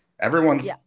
everyone's